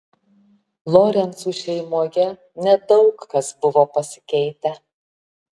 lorencų šeimoje nedaug kas buvo pasikeitę